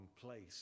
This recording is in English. place